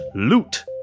Loot